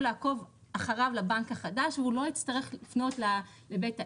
לעקוב אחריו לבנק החדש והוא לא יצטרך לפנות לבית העסק,